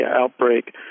outbreak